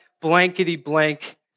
blankety-blank